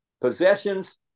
possessions